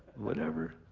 whatever.